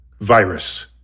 virus